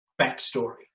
backstory